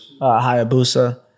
Hayabusa